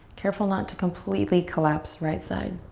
careful not to completely collapse right side.